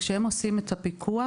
כשהם עושים את הפיקוח,